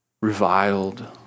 reviled